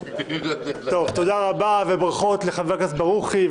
תודה רבה וברכות לחבר הכנסת ברוכי.